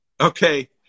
Okay